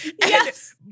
Yes